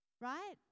right